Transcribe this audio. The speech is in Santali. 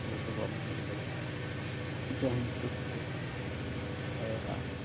ᱛᱚᱵᱮ ᱫᱚ ᱵᱟᱢ ᱤᱭᱟᱹ ᱫᱟᱲᱮᱭᱟᱜᱼᱟ ᱡᱟᱦᱟᱸ ᱦᱤᱥᱟᱹᱵ ᱛᱮ